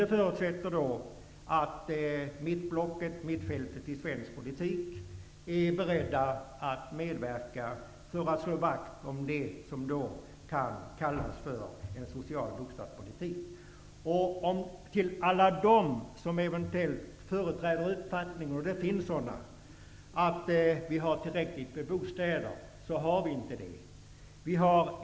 Det förutsätter att partierna på mittfältet är beredda att medverka till att slå vakt om det som kan kallas för en social bostadspolitik. Till alla dem som eventuellt företräder uppfattningen - det finns sådana - att vi har tillräckligt med bostäder vill jag säga att det har vi inte.